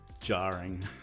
jarring